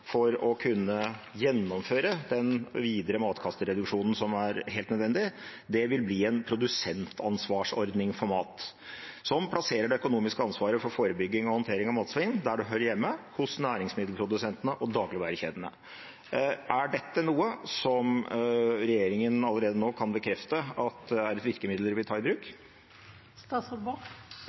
for å kunne gjennomføre den videre matkastereduksjonen, som er helt nødvendig, vil bli en produsentansvarsordning for mat som plasserer det økonomiske ansvaret for forebygging og håndtering av matsvinn der det hører hjemme – hos næringsmiddelprodusentene og dagligvarekjedene. Er dette noe som regjeringen allerede nå kan bekrefte er et virkemiddel de vil ta i bruk?